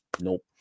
Nope